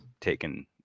taken